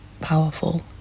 Powerful